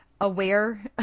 aware